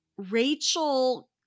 Rachel